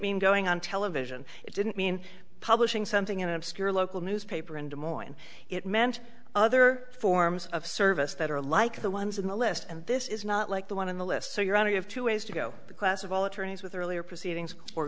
mean going on television it didn't mean publishing something in an obscure local newspaper in des moines it meant other forms of service that are like the ones in the list and this is not like the one in the list so your honor you have two ways to go the class of all attorneys with earlier proceedings or